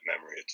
memory